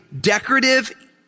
decorative